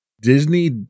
Disney